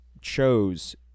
chose